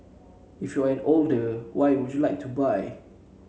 if you're an older why would you like to buy